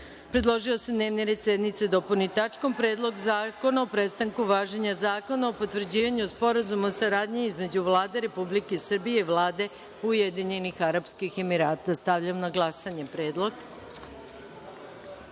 predložio je da se dnevni red sednice dopuni tačkom - Predlog zakona o prestanku važenja Zakona o potvrđivanju Sporazuma o saradnji između Vlade Republike Srbije i Vlade Ujedinjenih Arapskih Emirata. Stavljam na glasanje ovaj